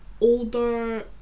older